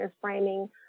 framing